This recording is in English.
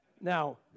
Now